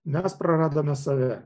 mes prarandame save